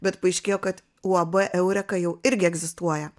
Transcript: bet paaiškėjo kad uab eureka jau irgi egzistuoja